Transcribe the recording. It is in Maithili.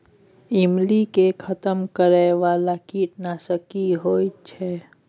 ईमली के खतम करैय बाला कीट नासक की होय छै?